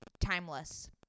timeless